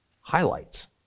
highlights